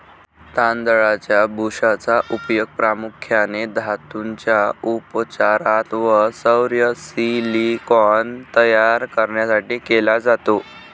तांदळाच्या भुशाचा उपयोग प्रामुख्याने धातूंच्या उपचारात व सौर सिलिकॉन तयार करण्यासाठी केला जातो